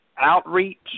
Outreach